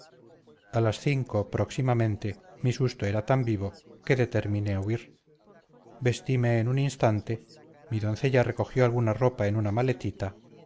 a las cinco próximamente mi susto era tan vivo que determiné huir vestime en un instante mi doncella recogió alguna ropa en una maletita